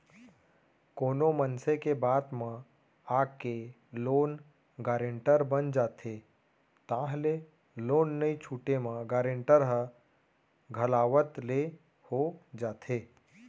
कोनो मनसे के बात म आके लोन गारेंटर बन जाथे ताहले लोन नइ छूटे म गारेंटर ह घलावत ले हो जाथे